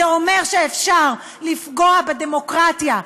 זה אומר שאפשר לפגוע בדמוקרטיה,